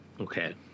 Okay